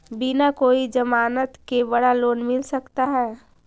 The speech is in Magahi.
बिना कोई जमानत के बड़ा लोन मिल सकता है?